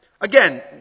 Again